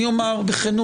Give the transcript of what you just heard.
אני אומר בכנות,